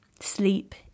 Sleep